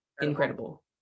incredible